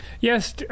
Yes